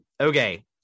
okay